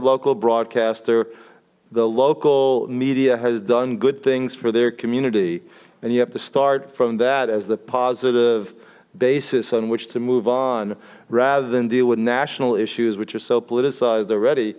local broadcaster the local media has done good things for their community and you have to start from that as the positive basis on which to move on rather than deal with national issues which are so politicized already